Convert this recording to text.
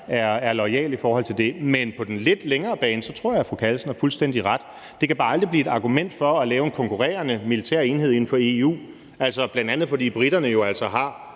er loyal i forhold til det. Hvad angår den lidt længere bane, tror jeg fru Anne Sophie Callesen har fuldstændig ret, men det kan bare aldrig blive et argument for at lave en konkurrerende militær enhed inden for EU. Bl.a. fordi briterne jo altså har